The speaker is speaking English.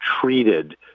treated